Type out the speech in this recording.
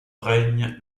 règne